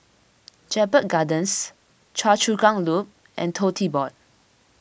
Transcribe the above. Jedburgh Gardens Choa Chu Kang Loop and Tote Board